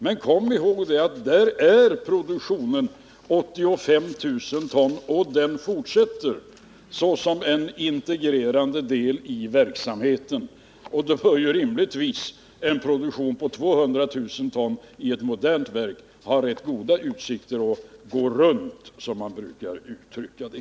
Men kom ihåg att där är produktionen 85 000 ton och att den fortsätter som en integrerande del i verksamheten. Då bör ju rimligtvis en produktion på 200 000 ton i ett modernt verk ha rätt goda utsikter att gå runt, som man brukar uttrycka det.